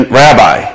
rabbi